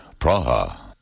Praha